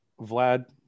Vlad